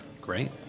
great